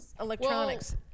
electronics